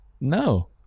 No